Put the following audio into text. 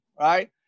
right